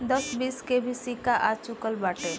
दस बीस के भी सिक्का आ चूकल बाटे